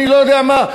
אני לא יודע מה,